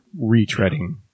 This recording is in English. retreading